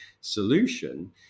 solution